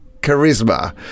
charisma